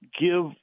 Give